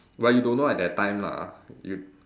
but you don't know at that time lah if